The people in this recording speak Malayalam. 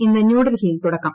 ഇന്ന് ന്യൂഡൽഹിയിൽ തുടക്കം